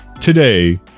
Today